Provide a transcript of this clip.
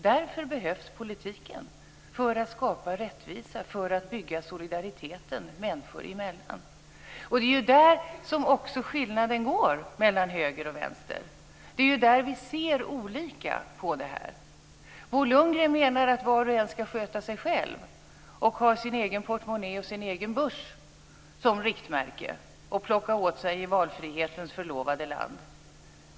Därför behövs politiken: för att skapa rättvisa, för att bygga solidariteten människor emellan. Det är också där som skillnaden går mellan höger och vänster. Det är där som vi ser olika på det här. Bo Lundgren menar att var och en ska sköta sig själv, ha sin egen portmonnä och börs som riktmärke och plocka åt sig i valfrihetens förlovade land.